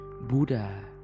Buddha